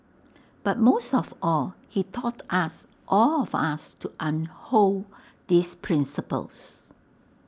but most of all he taught us all of us to unhold these principles